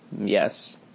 Yes